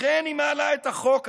לכן היא מעלה את החוק הזה,